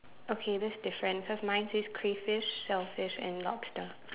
okay that's different cause mine says crayfish shellfish and lobster